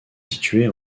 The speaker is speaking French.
située